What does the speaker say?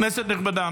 כנסת נכבדה,